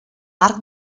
marc